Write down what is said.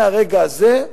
מהרגע הזה,